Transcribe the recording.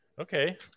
Okay